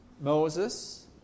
Moses